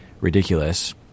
ridiculous